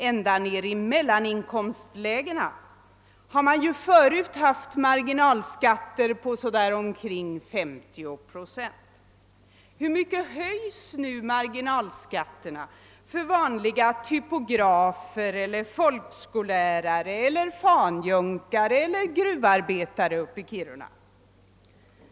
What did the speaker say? Ända ned i mellaninkomstlägena har man ju förut haft marginalskatter på omkring 50 procent. Hur mycket höjs nu marginalskatterna för exempelvis typografer, folkskollärare, fanjunkare eller gruvarbetare?